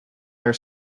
are